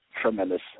tremendous